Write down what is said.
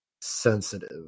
sensitive